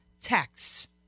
texts